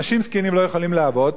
אנשים זקנים לא יכולים לעבוד,